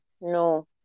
No